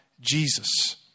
Jesus